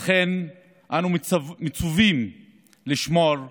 לכן אנו מצווים לשמור עליהם.